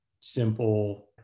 simple